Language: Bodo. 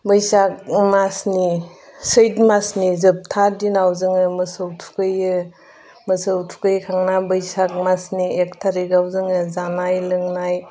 बैसाग मासनि सैथ मासनि जोबथा दिनाव जोङो मोसौ थुखैयो मोसौ थुखैखांना बैसाग मासनि एक तारिखाव जोङो जानाय लोंनाय